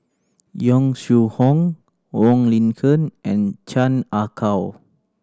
Yong Shu Hoong Wong Lin Ken and Chan Ah Kow